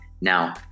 Now